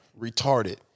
retarded